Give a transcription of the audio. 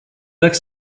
next